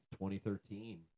2013